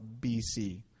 BC